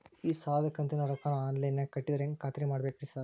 ಈ ಸಾಲದ ಕಂತಿನ ರೊಕ್ಕನಾ ಆನ್ಲೈನ್ ನಾಗ ಕಟ್ಟಿದ್ರ ಹೆಂಗ್ ಖಾತ್ರಿ ಮಾಡ್ಬೇಕ್ರಿ ಸಾರ್?